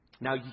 Now